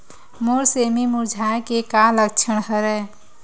मोर सेमी मुरझाये के का लक्षण हवय?